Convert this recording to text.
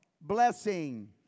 Blessing